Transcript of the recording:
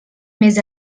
més